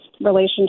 relationship